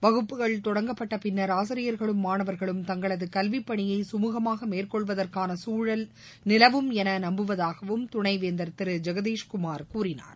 வகுப்புகள் தொடங்கப்பட்டப் பின்னர் ஆசிரியர்களும் மாணவர்களும் தங்களதுகல்விப் பணியை கமூகமாகமேற்கொள்வதற்கானசூழல் நிலவும் என்றுநம்புவதாகவும் துணைவேந்தர் திருஜெகதீஷ்குமார் கூறினார்